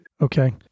okay